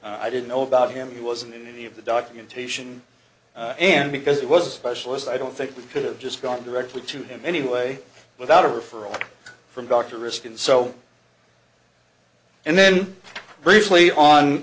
i didn't know about him he wasn't in any of the documentation and because he was a specialist i don't think we could have just gone directly to him anyway without a referral from dr riskin so and then briefly on